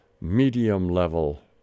medium-level